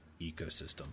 ecosystem